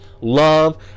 love